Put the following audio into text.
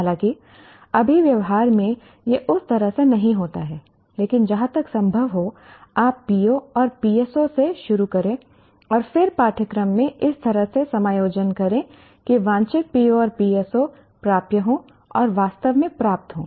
हालाँकि अभी व्यवहार में यह उस तरह से नहीं होता है लेकिन जहाँ तक संभव हो आप PO और PSO से शुरू करें और फिर पाठ्यक्रम में इस तरह से समायोजन करें कि वांछित PO और PSO प्राप्य हों और वास्तव में प्राप्त हों